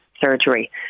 surgery